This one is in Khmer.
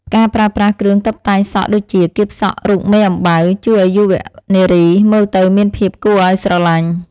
ការប្រើប្រាស់គ្រឿងតុបតែងសក់ដូចជាកៀបសក់រូបមេអំបៅ ជួយឱ្យយុវនារីមើលទៅមានភាពគួរឱ្យស្រលាញ់។